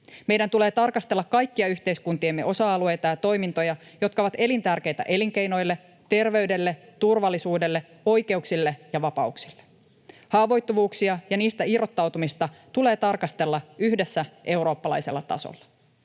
Meidän tulee tarkastella kaikkia yhteiskuntiemme osa-alueita ja toimintoja, jotka ovat elin- tärkeitä elinkeinoille, terveydelle, turvallisuudelle, oikeuksille ja vapauksille. Haavoittuvuuksia ja niistä irrottautumista tulee tarkastella yhdessä eurooppalaisella tasolla.